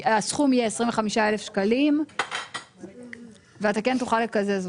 הסכום יהיה 25,000 שקלים ואתה כן תוכל לקזז אותה.